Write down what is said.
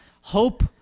Hope